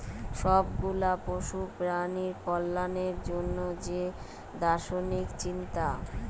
সব গুলা পশু প্রাণীর কল্যাণের জন্যে যে দার্শনিক চিন্তা